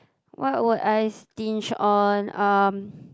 what would I stinge on um